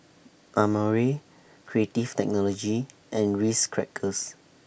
Amore Creative Technology and Ritz Crackers